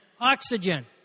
oxygen